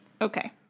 Okay